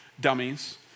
dummies